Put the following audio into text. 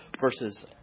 versus